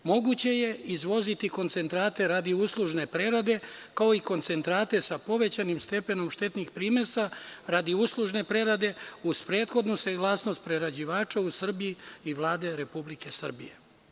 Moguće je izvoziti koncentrate radi uslužne prerade, kao i koncentrate sa povećanim stepenom štetnih primesa radi uslužne prerade, uz prethodnu saglasnost prerađivača u Srbiji i Vlade Republike Srbije.